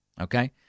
Okay